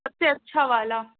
سب سے اچھا والا